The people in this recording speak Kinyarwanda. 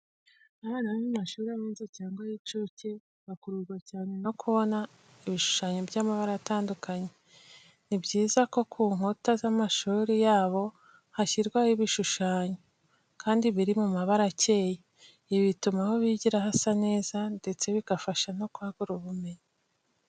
Abana bo mu mashuri abanza cyangwa ay’incuke bakururwa cyane no kubona ibishushanyo by'amabara atandukanye. Ni byiza ko ku nkuta z'amashuri yabo hashyirwaho ibishushanyo, kandi biri mu mabara akeye. Ibi bituma aho bigira hasa neza ndetse bikabafasha no kwagura ubumenyi.